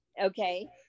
Okay